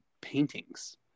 paintings